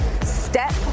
Step